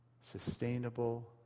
sustainable